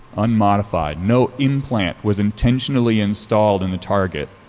unmodified, no implant was intentionally installed in the target.